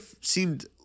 seemed